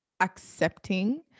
accepting